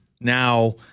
now